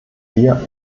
wir